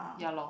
ya lor